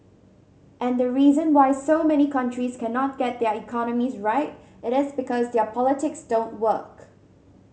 and the reason why so many countries cannot get their economies right it is because their politics don't work